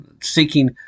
seeking